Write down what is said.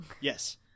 Yes